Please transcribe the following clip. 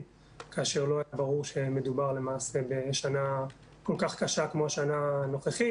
כאשר לא היה ברור שמדובר למעשה בשנה כל כך קשה כמו השנה הנוכחית.